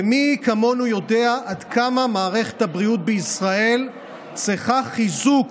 ומי כמונו יודע עד כמה מערכת הבריאות בישראל צריכה חיזוק